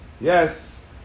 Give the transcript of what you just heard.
yes